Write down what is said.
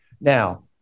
Now